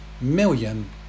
million